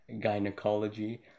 gynecology